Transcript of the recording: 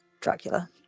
Dracula